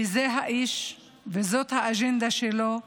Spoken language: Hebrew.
כי זה האיש וזאת האג'נדה שלו,